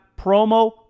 promo